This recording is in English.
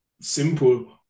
simple